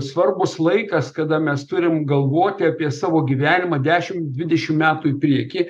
svarbus laikas kada mes turim galvoti apie savo gyvenimą dešimt dvidešimt metų į priekį